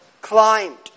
climbed